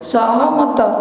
ସହମତ